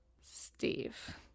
Steve